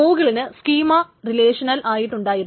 ഗൂഗിളിന് schema relational ആയിട്ടുണ്ടായിരുന്നു